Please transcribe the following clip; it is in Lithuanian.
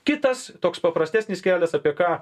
kitas toks paprastesnis kelias apie ką